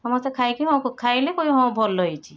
ସମସ୍ତେ ଖାଇକି ହଁ ଖାଇଲେ କହିଲେ ହଁ ଭଲ ହେଇଛି